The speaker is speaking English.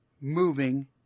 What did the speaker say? moving